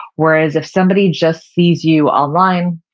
whereas if somebody just sees you online,